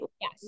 Yes